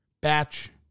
Batch